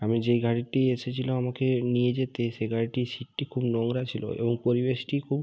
আমি যে গাড়িটি এসেছিলো আমাকে নিয়ে যেতে সে গাড়িটার সিটটি খুব নোংরা ছিলো এবং পরিবেশটি খুব